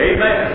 Amen